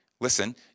Listen